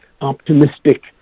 optimistic